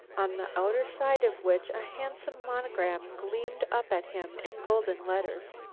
on the outer side of which a handsome monogram gleamed up at him in golden letters.